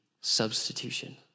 substitution